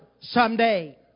someday